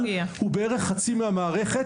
הוא בערך חצי מהמערכת,